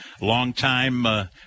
Long-time